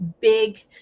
big